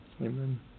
Amen